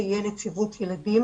האמנה לזכויות ילדים,